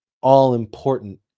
all-important